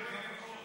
צודקת באלף אחוז.